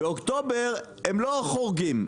באוקטובר הם לא חורגים,